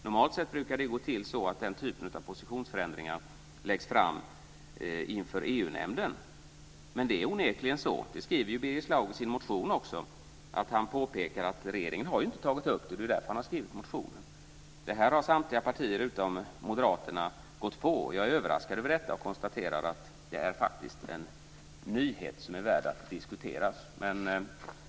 Normalt sett brukar det ju gå till så att den typen av positionsförändringar läggs fram inför EU-nämnden. Det är onekligen så. I sin motion påpekar ju också Birger Schlaug att regeringen inte har tagit upp det. Det är därför han har skrivit motionen. Det här har samtliga partier utom Moderaterna gått på. Jag är överraskad över detta, och konstaterar att det är en nyhet som är värd att diskutera.